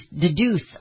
deduce